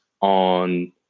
on